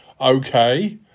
Okay